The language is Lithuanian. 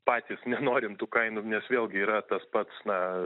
patys nenorim tų kainų nes vėlgi yra tas pats na